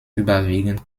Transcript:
überwiegend